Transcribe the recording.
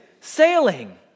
sailing